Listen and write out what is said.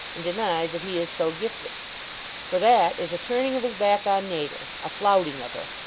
and deny that he is so gifted for that is a turning of his back on natur, a flouting of her,